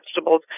vegetables